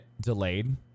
delayed